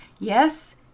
yes